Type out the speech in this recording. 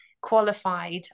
qualified